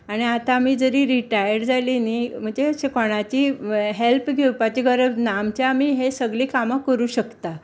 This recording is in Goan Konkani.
आनी आतां आमी जरी रिटायर्ड जाली न्ही म्हणजे अशें कोणाची हेल्प घेवपाची गरज ना आमच्या आमी ही सगली कामां करूंक शकतात